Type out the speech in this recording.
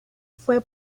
fue